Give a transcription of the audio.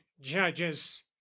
judges